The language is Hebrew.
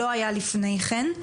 שלא היה לפני כן.